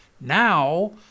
Now